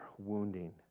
Wounding